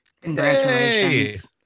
Congratulations